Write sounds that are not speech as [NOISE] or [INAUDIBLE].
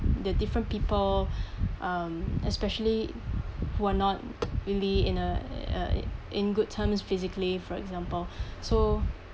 the different people [BREATH] um especially who are not really in a uh in good terms physically for example [BREATH] so